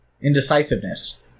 indecisiveness